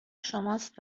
شماست